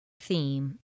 theme